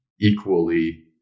equally